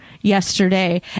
yesterday